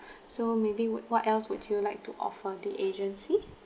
so maybe would what else would you like to offer the agency